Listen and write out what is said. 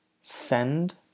Send